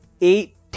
eight